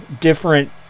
different